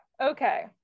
Okay